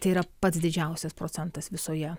tai yra pats didžiausias procentas visoje